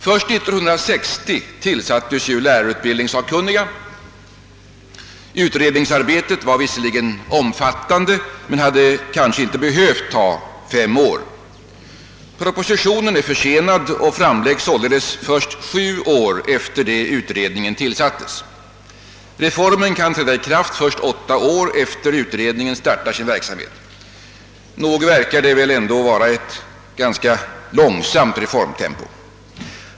Först 1960 tillsattes ju lärarutbildningssakkunniga. Utredningsarbetet var visserligen omfattande men hade kanske inte behövt ta fem år. Propositionen är försenad och framläggs således först sju år efter utredningens tillsättande. Reformen kan träda i kraft först åtta år efter det att utredningen startade sin verksamhet. Nog verkar det vara ett ganska långsamt reformtempo.